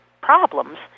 problems